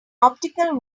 optical